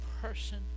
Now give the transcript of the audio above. person